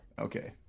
okay